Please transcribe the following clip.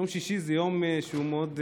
יום שישי זה יום שהוא עמוס מאוד,